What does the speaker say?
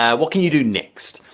ah what can you do next?